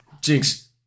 Jinx